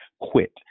quit